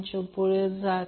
64 j 0